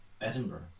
Edinburgh